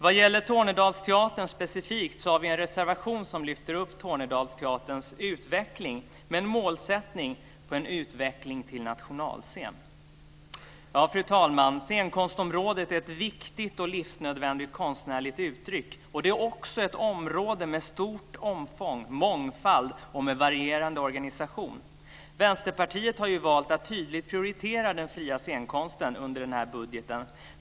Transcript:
Vad gäller Tornedalsteatern specifikt har vi en reservation som lyfter upp Tornedalsteaterns utveckling med en målsättning på en utveckling till nationalscen. Fru talman! Scenkonstområdet är ett viktigt och livsnödvändigt konstnärligt uttryck. Det är också ett område med stort omfång, mångfald och med varierande organisation. Vänsterpartiet har valt att tydligt prioritera den fria scenkonsten i budgeten.